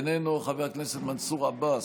איננו, חבר הכנסת מנסור עבאס,